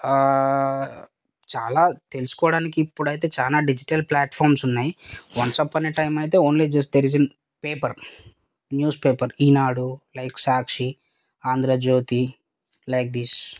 చాలా తెలుసుకోవడానికి ఇప్పుడైతే చాలా డిజిటల్ ప్లాట్ఫామ్స్ ఉన్నాయి వన్స్ అప్ ఆన్ ఎ టైమ్లో అయితే paper news paper Eenadu like Sakshi Andhra Jyothi like this